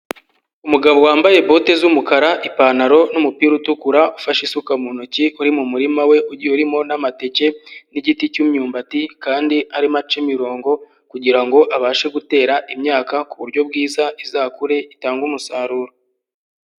Umugabo wambaye bote z'umukara, ipantaro n'umupira utukura, ufashe isuka mu ntoki, uri mu murima we ugiye urimo n'amateke n'igiti cy'imyumbati, kandi arimo aca imirongo kugira ngo abashe gutera imyaka ku buryo bwiza izakure itanga umusaruro.